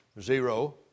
Zero